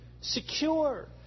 secure